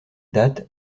date